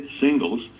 singles